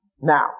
Now